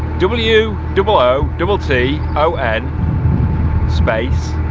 w, double o, double t, o, n space.